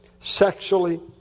sexually